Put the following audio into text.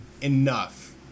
enough